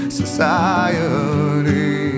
society